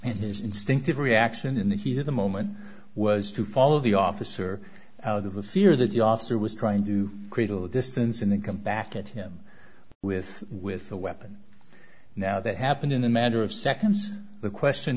and his instinctive reaction in the heat of the moment was to follow the officer out of the fear that the officer was trying to create a little distance and then come back at him with with a weapon now that happened in the matter of seconds the question